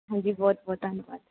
ਹਾਂਜੀ ਬਹੁਤ ਬਹੁਤ ਧੰਨਵਾਦ